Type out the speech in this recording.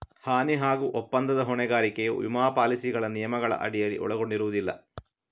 ಹಾನಿ ಹಾಗೂ ಒಪ್ಪಂದದ ಹೊಣೆಗಾರಿಕೆಯು ವಿಮಾ ಪಾಲಿಸಿಗಳ ನಿಯಮಗಳ ಅಡಿಯಲ್ಲಿ ಒಳಗೊಂಡಿರುವುದಿಲ್ಲ